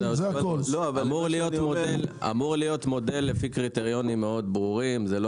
אמור להיות מודל לפי קריטריונים מאוד ברורים.